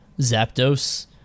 Zapdos